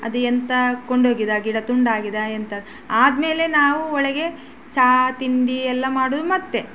ಅದು ಎಂತ ಕೊಂಡೋಗಿದೆ ಗಿಡ ತುಂಡಾಗಿದ ಎಂತ ಆದ್ಮೇಲೆ ನಾವು ಒಳಗೆ ಚಹಾ ತಿಂಡಿ ಎಲ್ಲ ಮಾಡೋದು ಮತ್ತೆ